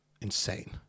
insane